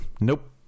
nope